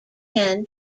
ten